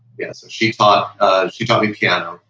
yes. ah she taught she taught me piano,